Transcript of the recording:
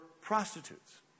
prostitutes